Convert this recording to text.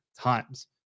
times